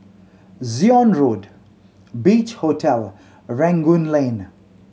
Zion Road Beach Hotel and Rangoon Lane